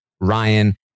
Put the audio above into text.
Ryan